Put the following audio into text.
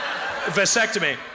vasectomy